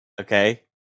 Okay